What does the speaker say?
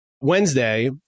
Wednesday